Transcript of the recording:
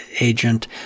agent